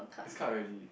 is cut already